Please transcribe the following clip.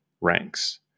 ranks